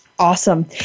awesome